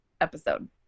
episode